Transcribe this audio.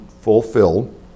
fulfilled